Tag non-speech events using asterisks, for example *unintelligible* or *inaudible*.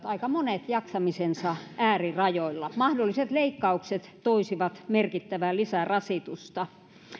*unintelligible* aika monet maatalousyrittäjät työskentelevät jaksamisensa äärirajoilla mahdolliset leikkaukset toisivat merkittävää lisärasitusta